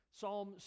Psalm